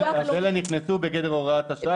אני רוצה גם לדבר פה על הוראת השעה,